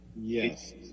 Yes